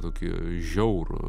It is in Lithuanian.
tokį žiaurų